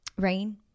rain